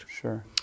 Sure